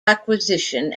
acquisition